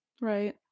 right